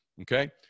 okay